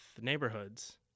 neighborhoods